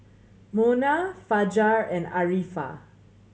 Munah Fajar and Arifa